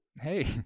hey